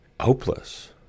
hopeless